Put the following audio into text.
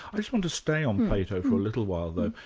i just want to stay on plato for a little while though.